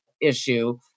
issue